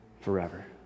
forever